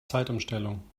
zeitumstellung